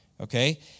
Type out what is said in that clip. Okay